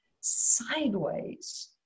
sideways